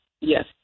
Yes